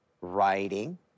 writing